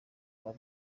kuba